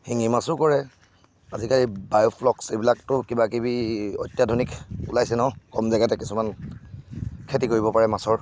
শিঙী মাছো কৰে আজিকালি বায়ুফ্লস্ক এইবিলাকতো কিবাকিবি অত্যাধুনিক ওলাইছে ন কম জেগাতে কিছুমান খেতি কৰিব পাৰে মাছৰ